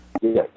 Yes